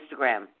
Instagram